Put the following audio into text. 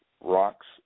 rocks